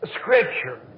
scripture